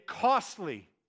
costly